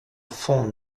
font